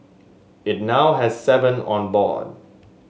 it now has seven on board